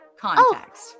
context